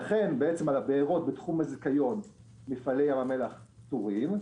לכן על הבארות בתחום הזיכיון מפעלי ים המלח פטורים,